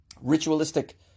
ritualistic